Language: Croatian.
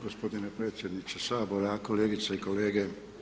Gospodine predsjedniče Sabora, kolegice i kolege.